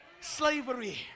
slavery